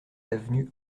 avenue